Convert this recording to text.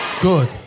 Good